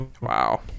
wow